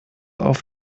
auf